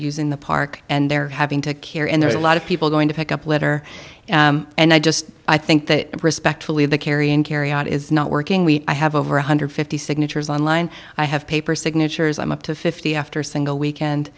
using the park and they're having to care and there's a lot of people going to pick up litter and i just i think that respectfully the carrying carry out is not working we have over one hundred and fifty signatures online i have paper signatures i'm up to fifty after single weekend